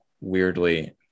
weirdly